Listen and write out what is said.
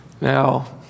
Now